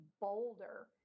bolder